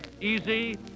easy